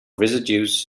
residues